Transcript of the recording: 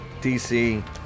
DC